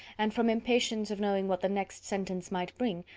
and from impatience of knowing what the next sentence might bring,